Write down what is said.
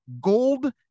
Gold